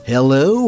Hello